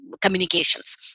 communications